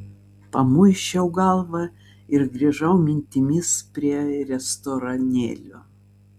pamuisčiau galvą ir grįžau mintimis prie restoranėlio